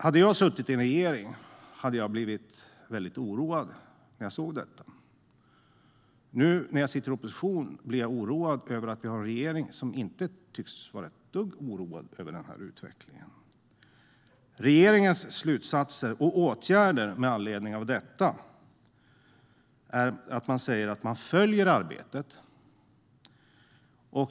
Hade jag suttit i en regering hade jag blivit väldigt oroad när jag såg detta. Nu när jag sitter i opposition blir jag oroad över att vi har en regering som inte tycks vara ett dugg oroad över den här utvecklingen. Regeringens slutsats och åtgärd med anledning av detta är att man följer arbetet.